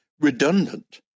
redundant